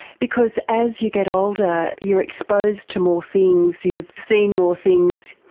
because as you get older you're exposed to more things, you've seen more things,